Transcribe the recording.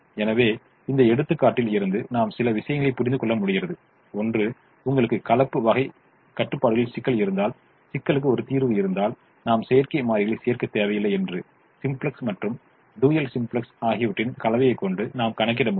எனவே இந்த எடுத்துக்காட்டில் இருந்து நாம் சில விஷயங்களைப் புரிந்துகொள்ள முடிகிறது ஒன்று உங்களுக்கு கலப்பு வகை கட்டுப்பாடுகளில் சிக்கல் இருந்தால் சிக்கலுக்கு ஒரு தீர்வு இருந்தால் நாம் செயற்கை மாறிகளைச் சேர்க்கத் தேவையில்லை என்று சிம்ப்ளக்ஸ் மற்றும் டூயல் சிம்ப்ளக்ஸ் ஆகியவற்றின் கலவையை கொண்டு நாம் கணக்கிட முடியும்